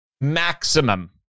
maximum